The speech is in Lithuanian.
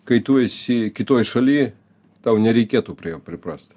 kai tu esi kitoj šaly tau nereikėtų prie jo priprast